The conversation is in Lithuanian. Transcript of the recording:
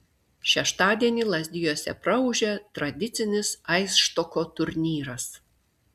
šeštadienį lazdijuose praūžė tradicinis aisštoko turnyras